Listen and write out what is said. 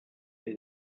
dei